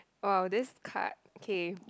!wow! this card kay